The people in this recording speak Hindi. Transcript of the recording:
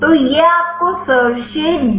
तो यह आपका सर्वश्रेष्ठ डॉकेड्पोज है